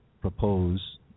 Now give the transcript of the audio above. propose